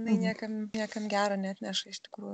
jinai niekam niekam gero neatneša iš tikrųjų